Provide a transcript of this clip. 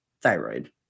thyroid